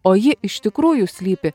o ji iš tikrųjų slypi